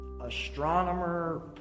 astronomer